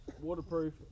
waterproof